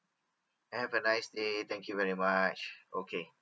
have a nice day thank you very much okay